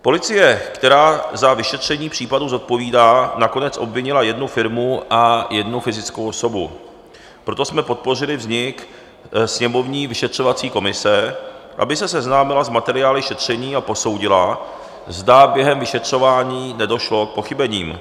Policie, která za vyšetření případu zodpovídá, nakonec obvinila jednu firmu a jednu fyzickou osobu, proto jsme podpořili vznik sněmovní vyšetřovací komise, aby se seznámila s materiály šetření a posoudila, zda během vyšetřování nedošlo k pochybením.